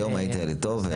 היום היית ילד טוב.